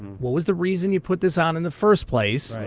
what was the reason you put this on in the first place?